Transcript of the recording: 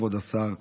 כבוד השר.